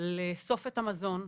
לאסוף את המזון,